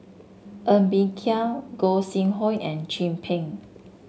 Ng Bee Kia Gog Sing Hooi and Chin Peng